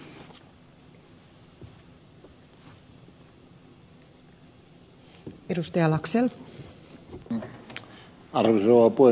arvoisa rouva puhemies